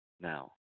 Now